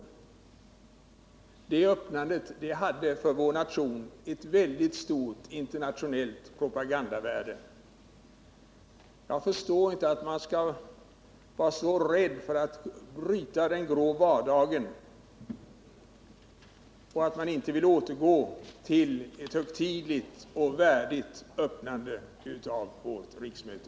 Det tidigare riksdagsöppnandet hade utan tvivel för vår nation ett mycket stort internationellt propagandavärde. Jag förstår inte att man skall vara så rädd för att bryta den grå vardagen och att man inte vill återgå till ett mer högtidligt och värdigt öppnande av vårt riksmöte.